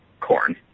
corn